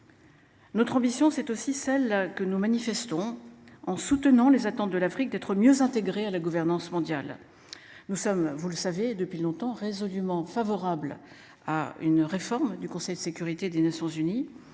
Notre ambition c'est aussi celle-là que nous manifestons en soutenant les attentes de l'Afrique d'être mieux intégrés à la gouvernance mondiale. Nous sommes vous le savez depuis longtemps réseau du Mans, favorable à une réforme du Conseil de sécurité des Nations.